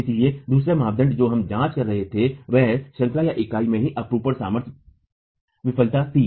इसलिए दूसरा मानदंड जो हम जांच कर रहे थे वह श्रंखलाइकाई में ही अपरूपण सामर्थ्य विफलता थी